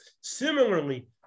Similarly